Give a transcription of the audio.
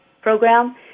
program